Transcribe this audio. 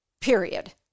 period